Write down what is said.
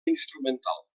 instrumental